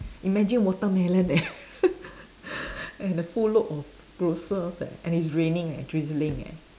imagine watermelon eh and a full load of grocers eh and it's raining eh drizzling eh